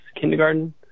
kindergarten